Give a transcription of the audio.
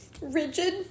rigid